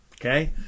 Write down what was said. okay